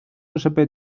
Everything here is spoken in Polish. żeby